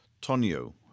Tonio